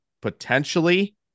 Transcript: potentially